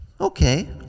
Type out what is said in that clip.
Okay